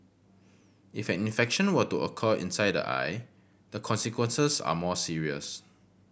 if an infection were to occur inside the eye the consequences are more serious